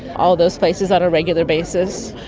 all those places on a regular basis.